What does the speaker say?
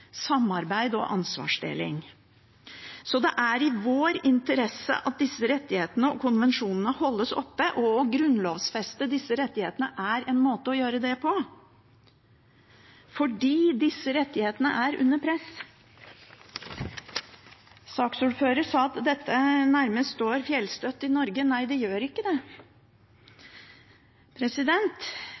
samarbeid og ansvarsdeling, så det er i vår interesse at disse rettighetene og konvensjonene holdes oppe. Fordi disse rettighetene er under press, er det å grunnlovfeste dem en måte å gjøre det på. Saksordføreren sa at dette nærmest står fjellstøtt i Norge. Nei, det gjør ikke det.